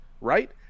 right